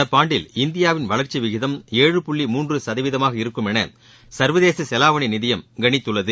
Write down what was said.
நடப்பாண்டில் இந்தியாவின் வளர்ச்சி விகிதம் ஏழு புள்ளி மூன்று சதவீதமாக இருக்கும் என சர்வதேச செலாவணி நிதியம் கணித்துள்ளது